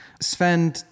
Sven